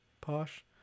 posh